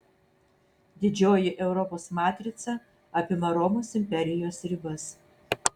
didžioji europos matrica apima romos imperijos ribas